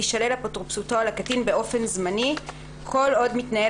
תישלל אפוטרופסותו על הקטין באופן זמני כל עוד מתנהל